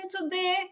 today